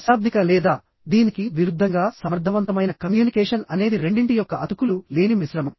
అశాబ్దిక లేదా దీనికి విరుద్ధంగా సమర్థవంతమైన కమ్యూనికేషన్ అనేది రెండింటి యొక్క అతుకులు లేని మిశ్రమం